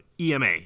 EMA